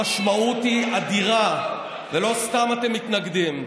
המשמעות היא אדירה, ולא סתם אתם מתנגדים.